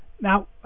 Now